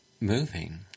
Moving